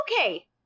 okay